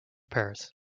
pairs